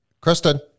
Kristen